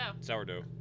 Sourdough